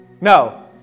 No